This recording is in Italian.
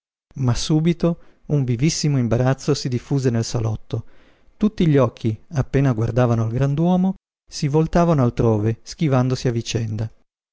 ma subito un vivissimo imbarazzo si diffuse nel salotto tutti gli occhi appena guardavano al grand'uomo si voltavano altrove schivandosi a vicenda